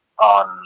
on